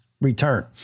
return